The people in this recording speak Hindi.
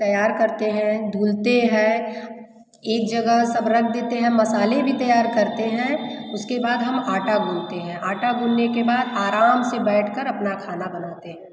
तैयार करते हैं धूलते हैं एक जगह सब रख देते हैं मसाले भी तैयार करते हैं उसके बाद हम आटा गूँथते हैं आँटा गूँथने के बाद आराम से बैठकर अपना खाना बनाते हैं